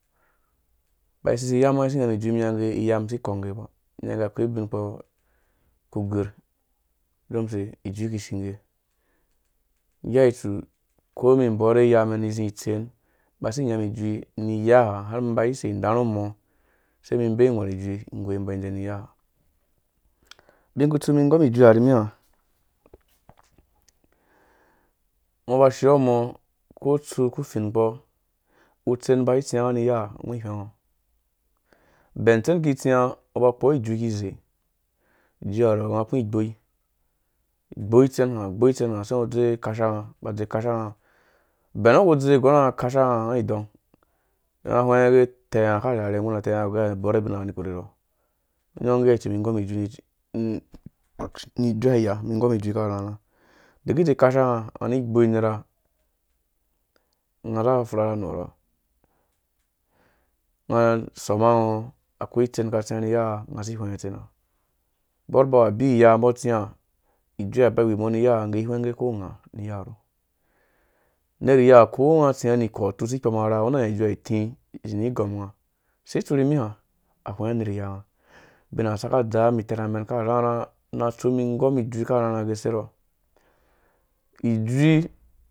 Mba sesu iya ma isi nyam ijui mi nya ngge iyam si kɔnge ba mi nyam gɛ akwei ubin kpɔ gu gwirhidon use? Ijui ki shinge ngeha itsu komi borhe iya mani zi itser mba si nyam ijui ni iya ha har mi mbai sei ndarhum mo se mi bei ghwe ijui ngoi ba den niya bin kutsu mi ngom ijui ha ni mi ha ngo ba shiyɔ mɔ ko tsu ku fin kpɔ utser bai tsiya ngã ni iya gnɔ hweng ngɔ bɛn tser ki tsiya ngɔ ba kpowɔ ijui kize ijui ya rɔ nga ku igboi gboi tsen ha gboi tsen ha ze ngo dze kashanga ngo ba dze kashanga, bɛn ngo ku dze gɔr nga kashanga nga iong don nga hweng nga ge tenga ka rherhunga arherhe ngu nga gɔr nga gɛ abore ubin nga kani korhe anɔ ngɔ nyɔ ngge ha tsu mi ngom ijui ni ijue aya mi ngɔm ijui akarharha ege dzekasha nga nga ni gbi gboi nerha nga kaza fura za nurho nga sɔma ngɔ akwei tsen ka tsira ni iya nga si hwenga tser ha borh ba abi iya mbo atsiya ijui ha ngge ba iwumɔ niya ngge ihwenge ko nga unerh iya ko nga tsia ni ikɔ tsu si kpɔma ura ngo na nya ijui ha ti zi ni gɔm nga use tsu ni miha? Ahwenga nerh iya nga ubina saka dzam mum itɛn amɛn akarharha na su mi gɔm ijui akarharha gu se nɔ ijui